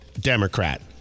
Democrat